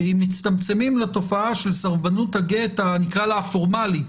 כי אם מצטמצמים לתופעה של סרבנות הגט הפורמלית,